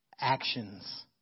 actions